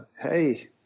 hey